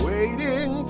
Waiting